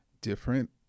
different